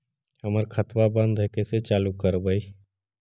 हमर खतवा बंद है कैसे चालु करवाई?